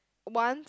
once